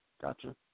Gotcha